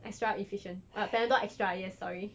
extra efficient uh Panadol extra yes sorry Panadol extra